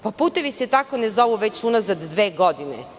Putevi se tako ne zovu već unazad dve godine.